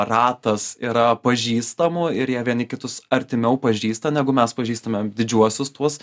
ratas yra pažįstamų ir jie vieni kitus artimiau pažįsta negu mes pažįstame didžiuosius tuos